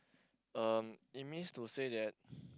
um it means to say that